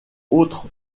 autre